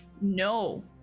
No